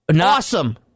Awesome